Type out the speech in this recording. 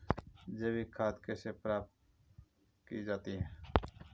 जैविक खाद कैसे प्राप्त की जाती है?